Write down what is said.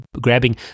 grabbing